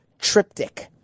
triptych